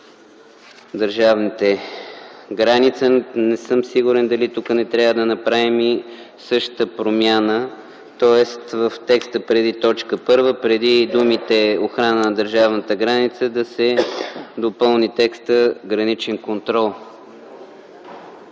държавната граница”, не съм сигурен дали тук не трябва да направим същата промяна. Тоест в текста преди т. 1, преди думите „охрана на държавната граница” да се допълни текстът „граничен контрол”.